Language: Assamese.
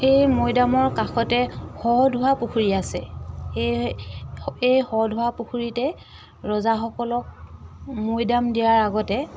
সেই মৈদামৰ কাষতে শ ধোৱা পুখুৰী আছে সেয়ে এই শ ধোৱা পুখুৰীতে ৰজাসকলক মৈদাম দিয়াৰ আগতে